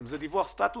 והסיכון קטן.